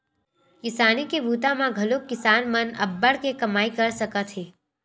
किसानी के बूता म घलोक किसान मन अब्बड़ के कमई कर सकत हे